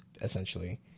essentially